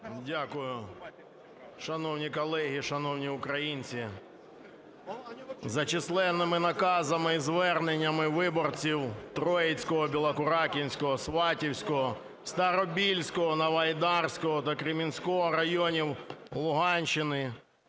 Дякую. Шановні колеги, шановні українці! За численними зверненнями виборців Троїцього, Білокуракінського, Сватівського, Старобільського, Новоайдарського та Кремінського районів Луганщини